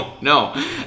No